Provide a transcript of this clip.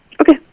Okay